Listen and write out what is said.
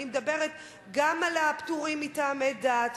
אני מדברת גם על הפטורים מטעמי דת,